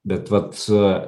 bet vat su